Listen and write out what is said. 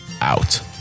out